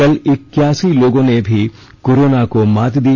कल इक्कासी लोगों ने भी कोरोना को मात दी